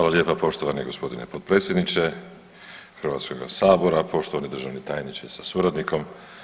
lijepa poštovani gospodine potpredsjedniče Hrvatskoga sabora, poštovani državni tajniče sa suradnikom.